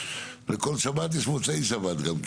לכל שבת יש מוצאי שבת גם כן.